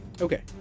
Okay